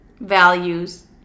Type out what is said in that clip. values